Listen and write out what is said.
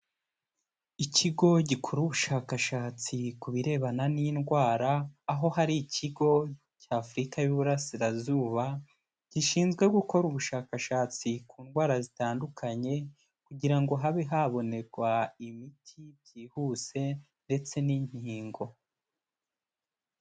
Ikigo gikora ubushakashatsi ku birebana n'indwara, aho hari ikigo cy'Afurika y'Uburasirazuba, gishinzwe gukora ubushakashatsi ku ndwara zitandukanye, kugira ngo habe habonerwa imiti byihuse ndetse n'inkingo.